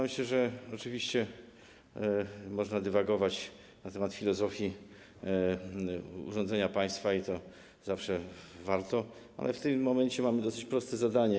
Myślę, że oczywiście można dywagować na temat filozofii urządzenia państwa i zawsze warto, ale w tym momencie mamy dosyć proste zadanie.